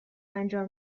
انجام